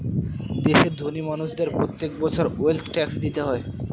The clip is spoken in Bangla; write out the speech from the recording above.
দেশের ধোনি মানুষদের প্রত্যেক বছর ওয়েলথ ট্যাক্স দিতে হয়